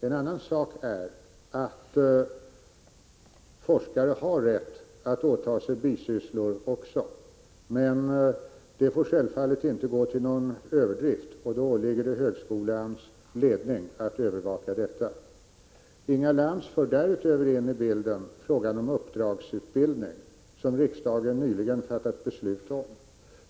En annan sak är att forskare har rätt att åta sig bisysslor, men det får självfallet inte gå till överdrift. Det åligger högskolans ledning att övervaka detta. Inga Lantz för därutöver in i bilden frågan om uppdragsutbildning, som riksdagen nyligen fattat beslut om.